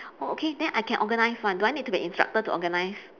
okay then I can organise one do I need to get instructor to organise